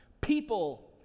people